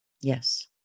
yes